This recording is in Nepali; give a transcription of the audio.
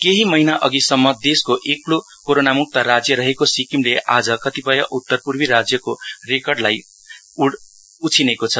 केहि महिना अधिसम्म देशको एक्लो कोरोना मुक्त राज्य रहेको सिक्किमले आज कतिपय उत्तरपूर्वी राज्यको रेकर्डलाई उछिनेको छ